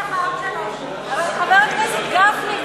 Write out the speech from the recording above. חבר הכנסת גפני,